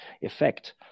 effect